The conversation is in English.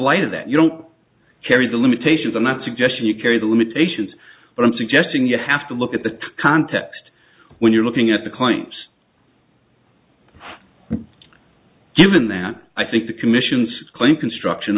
light of that you don't carry the limitations on that suggestion you carry the limitations but i'm suggesting you have to look at the context when you're looking at the client's given that i think the commission's claim construction